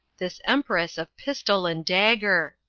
this empress of pistol and dagger!